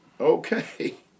Okay